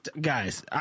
guys